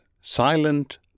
silent